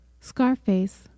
Scarface